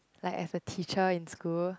like as a teacher in school